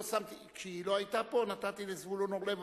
כשהיא לא היתה פה נתתי לזבולון אורלב,